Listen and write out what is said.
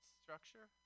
structure